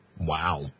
Wow